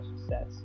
success